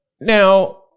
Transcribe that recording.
now –